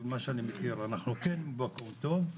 וממה שאני מכיר אנחנו כן במקום טוב,